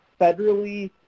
federally